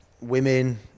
women